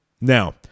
Now